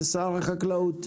זה שר החקלאות,